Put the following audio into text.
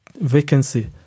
vacancy